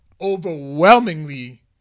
Overwhelmingly